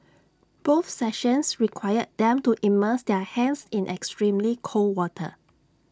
both sessions required them to immerse their hands in extremely cold water